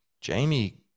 Jamie